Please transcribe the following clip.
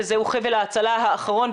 וזהו חבל ההצלה האחרון,